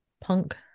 punk